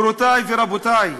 גבירותי ורבותי,